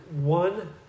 one